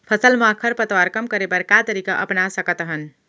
फसल मा खरपतवार कम करे बर का तरीका अपना सकत हन?